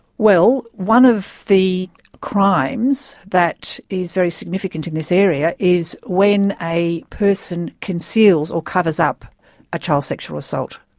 well, one of the crimes that is very significant in this area is when a person conceals or covers up a child sexual assault.